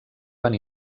van